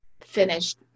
finished